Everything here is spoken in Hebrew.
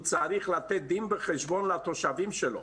הוא צריך לתת דין וחשבון לתושבים שלו.